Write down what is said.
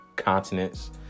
continents